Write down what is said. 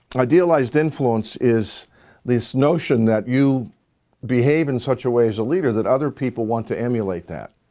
idealized influence is this notion that you behave in such a way as a leader that other people want to emulate that.